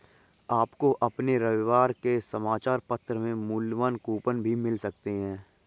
आपको अपने रविवार के समाचार पत्र में मूल्यवान कूपन भी मिल सकते हैं